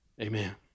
Amen